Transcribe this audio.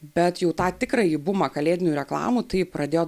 bet jau tą tikrąjį bumą kalėdinių reklamų tai pradėjo